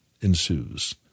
ensues